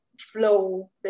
flow